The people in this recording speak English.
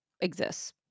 exists